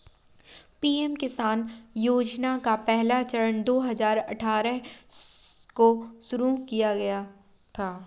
PM Kisan योजना का पहला चरण दो हज़ार अठ्ठारह को शुरू किया गया था